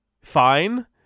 fine